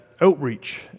outreach